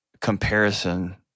comparison